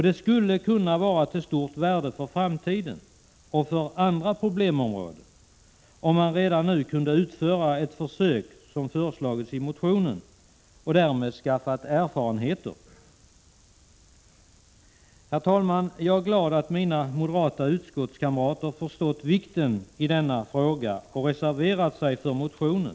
Det skulle kunna vara till stort värde för framtiden och för andra problemområden om man redan nu kunde utföra de försök som föreslagits i motionen och därmed skaffa erfarenheter. Herr talman! Jag är glad att mina moderata utskottskamrater förstått Prot. 1986/87:118 vikten av denna fråga och reserverat sig för motionen.